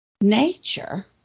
nature